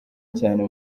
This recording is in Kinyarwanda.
cyane